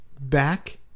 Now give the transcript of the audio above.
back